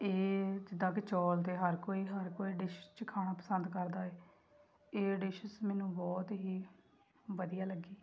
ਇਹ ਜਿੱਦਾਂ ਕਿ ਚੌਲ ਤਾਂ ਹਰ ਕੋਈ ਹਰ ਕੋਈ ਡਿਸ਼ 'ਚ ਖਾਣਾ ਪਸੰਦ ਕਰਦਾ ਹੈ ਇਹ ਡਿਸ਼ਿਸ ਮੈਨੂੰ ਬਹੁਤ ਹੀ ਵਧੀਆ ਲੱਗੀ